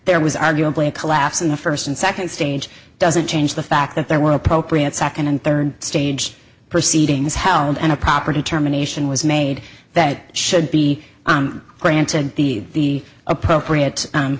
there was arguably a collapse in the first and second stage doesn't change the fact that there were appropriate second and third stage proceedings held and a property terminations was made that should be granted the appropriate